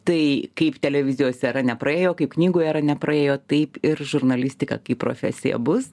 tai kaip televizijos era nepraėjo kaip knygų era nepraėjo taip ir žurnalistika profesija bus